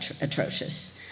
atrocious